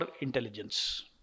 intelligence